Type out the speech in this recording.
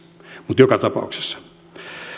mutta joka tapauksessa